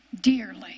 Dearly